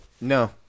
No